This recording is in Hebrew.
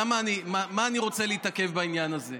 על מה אני רוצה להתעכב בעניין הזה?